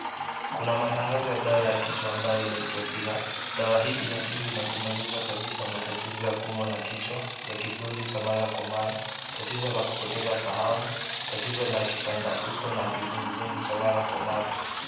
Kuna matangazo ya dawa ya kichwa, ambayo inaitwa Siha. Dawa hii inatibu na kumaliza kabisa matatizo ya kuumwa na kichwa ya kisunzi cha mara kwa mara, tatizo la kupoteza fahamu, tatizo la kipanda uso na kizunguzungu cha mara kwa mara.